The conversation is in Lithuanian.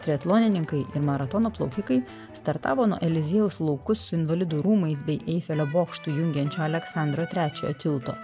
triatlonininkai ir maratono plaukikai startavo nuo eliziejaus laukus su invalidų rūmais bei eifelio bokštu jungiančio aleksandro trečiojo tilto